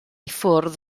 ffwrdd